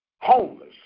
homeless